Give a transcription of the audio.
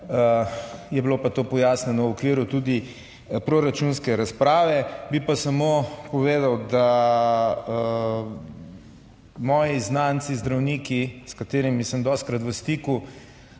je bilo pa to pojasnjeno v okviru tudi proračunske razprave. Bi pa samo povedal, da moji znanci zdravniki, s katerimi sem dostikrat v stiku,